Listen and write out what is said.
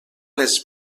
les